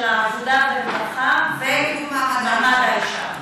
לוועדה משותפת של עבודה ורווחה ומעמד האישה.